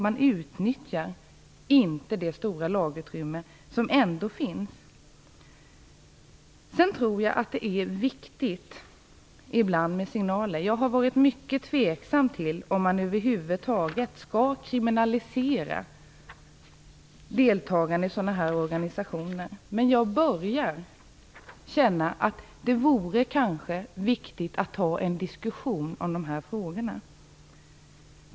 Man utnyttjar inte det stora lagutrymme som ändå finns. Det är viktigt med signaler. Jag har varit mycket tveksam till om man över huvud taget skall kriminalisera deltagande i dessa organisationer. Men jag börjar känna att det kanske vore viktigt att ta en diskussion om dessa frågor.